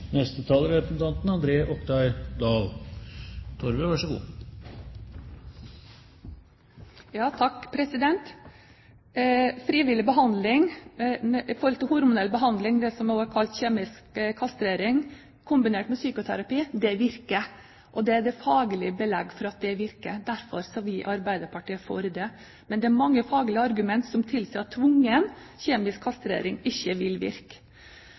Frivillig hormonell behandling, det som også kalles kjemisk kastrering, kombinert med psykoterapi virker. Det er faglig belegg for at det virker. Derfor er vi i Arbeiderpartiet for det. Men det er mange faglige argumenter som tilsier at tvungen kjemisk kastrering ikke